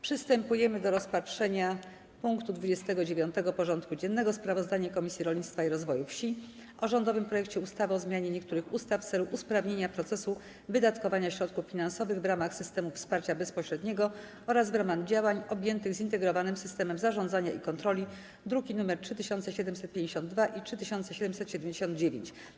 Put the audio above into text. Przystępujemy do rozpatrzenia punktu 29. porządku dziennego: Sprawozdanie Komisji Rolnictwa i Rozwoju Wsi o rządowym projekcie ustawy o zmianie niektórych ustaw w celu usprawnienia procesu wydatkowania środków finansowych w ramach systemów wsparcia bezpośredniego oraz w ramach działań objętych zintegrowanym systemem zarządzania i kontroli (druki nr 3752 i 3779)